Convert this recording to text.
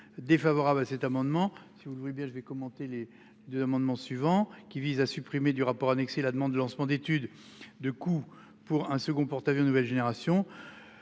défavorable à cet amendement si vous le voulez bien je vais commenter les deux amendements suivants qui visent à supprimer du rapport annexé la demande le lancement d'études de coût pour un second porte-avions de nouvelle génération.